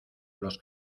los